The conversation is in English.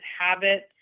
habits